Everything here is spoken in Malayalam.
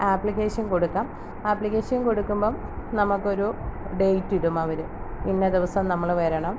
ആപ്ലിക്കേഷൻ കൊടുക്കാം ആപ്ലിക്കേഷൻ കൊടുക്കുമ്പം നമുക്കൊരു ഡേറ്റിടും അവർ ഇന്ന ദിവസം നമ്മൾ വരണം